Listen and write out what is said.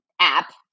app